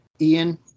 Ian